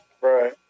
Right